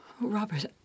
Robert